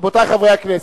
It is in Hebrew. רבותי חברי הכנסת,